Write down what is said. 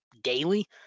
daily